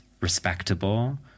respectable